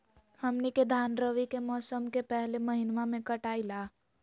हमनी के धान रवि के मौसम के पहले महिनवा में कटाई ला